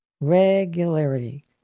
Regularity